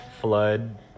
flood